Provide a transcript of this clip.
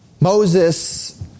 Moses